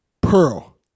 Pearl